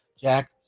Jack